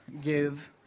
give